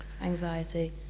anxiety